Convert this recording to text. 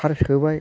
थार सोबाय